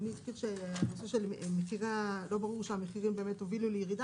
אדוני הזכיר שלא ברור שהייבוא באמת הוביל לירידה.